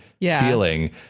feeling